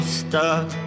stuck